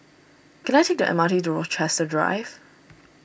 can I take the M R T to Rochester Drive